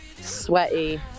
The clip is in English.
sweaty